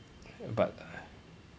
but